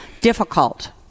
difficult